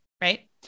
Right